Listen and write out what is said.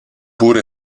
pur